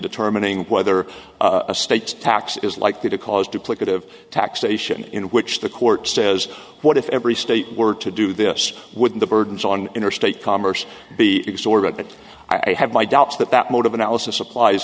determining whether a state tax is likely to cause duplicative taxation in which the court says what if every state were to do this with the burdens on interstate commerce be exorbitant i have my doubts that that mode of analysis applies